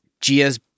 Gia's